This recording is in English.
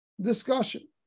discussion